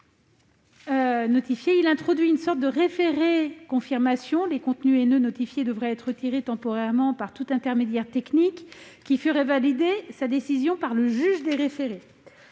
notifié, avec une sorte de référé confirmation. Les contenus en cause devraient être retirés temporairement par tout intermédiaire technique, qui ferait valider sa décision par le juge des référés.